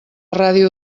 ràdio